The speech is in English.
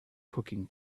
cooking